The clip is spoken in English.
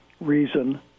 reason